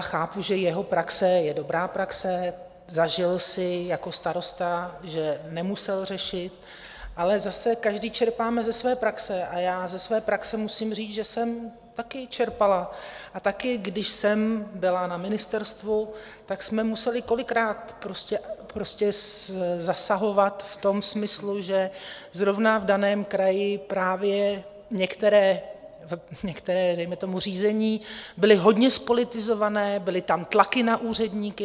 Chápu, že jeho praxe je dobrá praxe, zažil si jako starosta, že nemusel řešit, ale zase každý čerpáme ze své praxe a já ze své praxe musím říct, že jsem také čerpala, a také, když jsem byla na ministerstvu, jsme museli kolikrát zasahovat v tom smyslu, že zrovna v daném kraji právě některá dejme tomu řízení byla hodně zpolitizovaná, byly tam tlaky na úředníky.